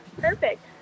perfect